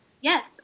Yes